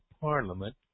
Parliament